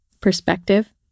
perspective